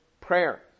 prayer